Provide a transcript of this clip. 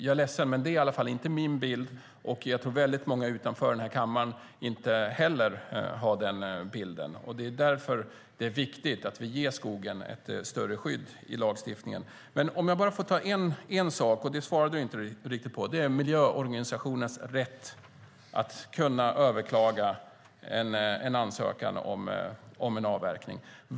Jag är ledsen, men det är i alla fall inte min bild, och jag tror att väldigt många utanför den här kammaren inte heller har den bilden. Därför är det viktigt att vi ger skogen ett bättre skydd i lagstiftningen. Jag vill åter ta upp en sak som du inte riktigt svarade på, nämligen miljöorganisationernas rätt att överklaga en ansökan om avverkning.